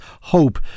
hope